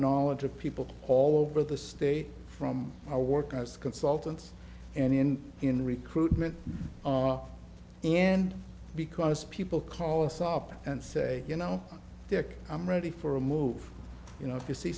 knowledge of people all over the state from our work as consultants and in in recruitment and because people call us up and say you know i'm ready for a move you know if you see